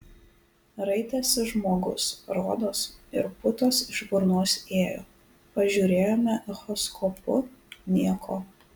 raitėsi žmogus rodos ir putos iš burnos ėjo pažiūrėjome echoskopu nieko